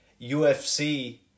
UFC